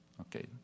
Okay